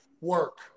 work